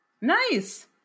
Nice